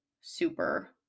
super